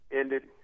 ended